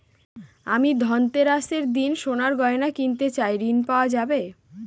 আমি ধনতেরাসের দিন সোনার গয়না কিনতে চাই ঝণ পাওয়া যাবে?